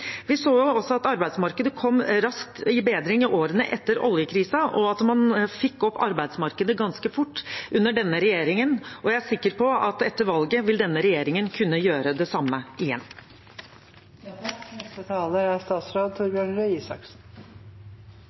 Vi så også at arbeidsmarkedet kom raskt i bedring i årene etter oljekrisen, og at man fikk opp arbeidsmarkedet ganske fort under denne regjeringen, og jeg er sikker på at etter valget vil denne regjeringen kunne gjøre det samme igjen. Jeg vil si tusen takk